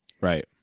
Right